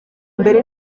mbere